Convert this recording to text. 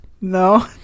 No